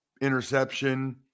interception